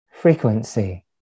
frequency